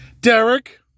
Derek